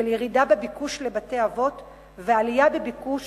ירידה בביקוש לבתי-אבות ועלייה בביקוש